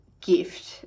gift